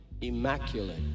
immaculate